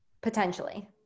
potentially